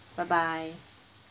bye bye